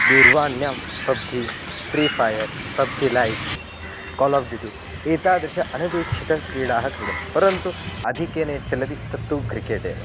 दूरवाण्यां PUBG free fire PUBG lite call of duty एतादृश अनपेक्षितक्रीडाः क्रीडन्ति परन्तु आधिकेन यत् चलति तत्तु क्रिकेट् एव